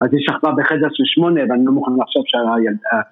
אז היא שכבה בחדר של שמונה, ואני לא מוכן לחשוב ש